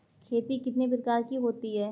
खेती कितने प्रकार की होती है?